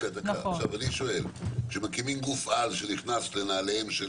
ואני שואל: כשמקימים גוף על שנכנס לנעליים של